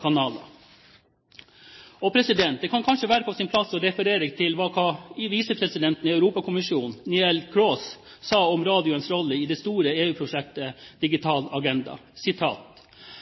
kanaler. Det kan kanskje være på sin plass å referere hva visepresidenten i Europakommisjonen, Neelie Kroes, sa om radioens rolle i det store EU-prosjektet Digital Agenda: